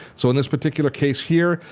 so in this particular case here,